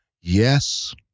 yes